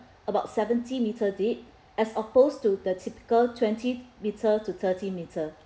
about seventy meter deep as opposed to the typical twenty meter to thirty meter